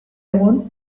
egun